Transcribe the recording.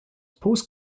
post